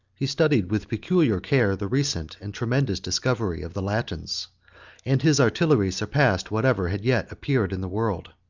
he studied with peculiar care the recent and tremendous discovery of the latins and his artillery surpassed whatever had yet appeared in the world.